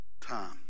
time